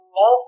no